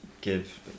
give